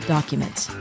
documents